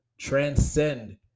transcend